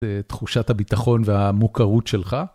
תחושת הביטחון והמוכרות שלך.